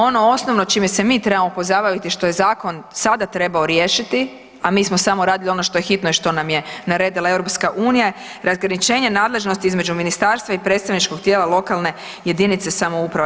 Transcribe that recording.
Ono osnovno čime se mi trebamo pozabaviti što je zakon sada trebao riješiti, a mi smo samo radili ono što je hitno i što nam je naredila EU, razgraničenje nadležnosti između ministarstva i predstavničkog tijela lokalne jedinice samouprave.